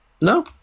no